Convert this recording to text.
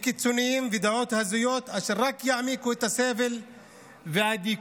קיצוניים ודעות הזויות אשר רק יעמיקו את הסבל והדיכוי,